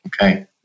Okay